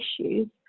issues